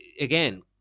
again